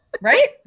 Right